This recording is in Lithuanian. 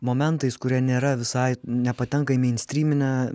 momentais kurie nėra visai nepatenka į meinstryminę